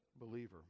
believer